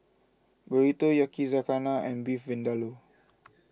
Burrito Yakizakana and Beef Vindaloo